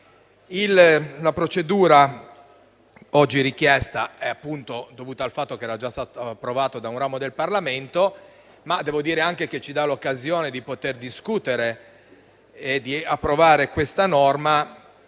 La procedura oggi richiesta è appunto dovuta al fatto che il provvedimento era già stato approvato da un ramo del Parlamento, ma devo dire che questo ci dà anche l'occasione di discutere e di approvare questa norma